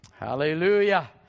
Hallelujah